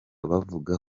bavuga